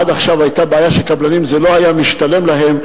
אם עד היום היתה בעיה שזה לא היה משתלם לקבלנים,